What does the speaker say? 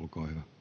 Jussi